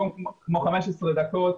ארגון כמו '15 דקות',